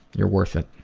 you're worth it.